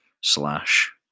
slash